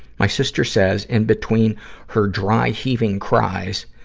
my sister says in between her dry-heaving cries,